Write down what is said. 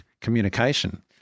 communication